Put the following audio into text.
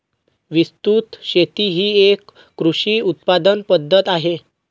विस्तृत शेती ही एक कृषी उत्पादन पद्धत आहे